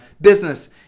business